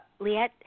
liette